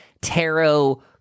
tarot